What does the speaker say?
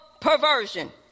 Perversion